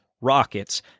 rockets